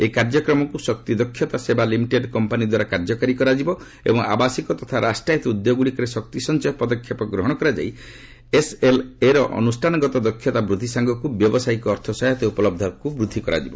ଏହି କାର୍ଯ୍ୟକ୍ରମକୁ ଶକ୍ତି ଦକ୍ଷତା ସେବା ଲିମିଟେଡ୍ କମ୍ପାନୀ ଦ୍ୱାରା କାର୍ଯ୍ୟକାରୀ କରାଯିବ ଏବଂ ଆବାସିକ ତଥା ରାଷ୍ଟ୍ରାୟତ ଉଦ୍ୟୋଗଗୁଡ଼ିକରେ ଶକ୍ତି ସଞ୍ଚୟ ପଦକ୍ଷେପ ଗ୍ରହଣ କରାଯାଇ ଇଇଏସ୍ଏଲ୍ ର ଅନୁଷ୍ଠାନଗତ ଦକ୍ଷତା ବୃଦ୍ଧି ସାଙ୍ଗକୁ ବ୍ୟବସାୟିକ ଅର୍ଥ ସହାୟତା ଉପଲବ୍ଧତାକୁ ବୃଦ୍ଧି କରାଯିବ